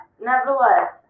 nevertheless